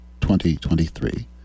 2023